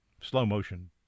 slow-motion